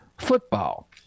football